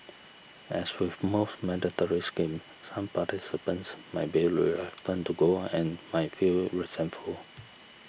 as with most mandatory schemes some participants might be reluctant to go and might feel resentful